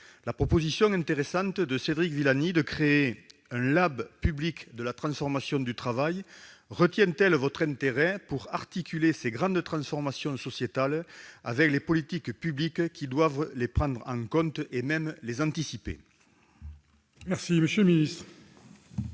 La proposition intéressante de Cédric Villani de créer un « lab public de la transformation du travail » retient-elle votre intérêt pour articuler ces grandes transformations sociétales avec les politiques publiques, qui doivent les prendre en compte et même les anticiper ? La parole est